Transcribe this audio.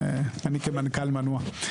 אני כמנכ"ל מנוע.